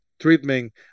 treatment